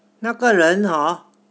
那个人 hor